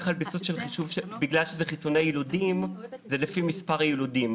ובגלל שזה חיסוני יילודים זה לפי מספר היילודים.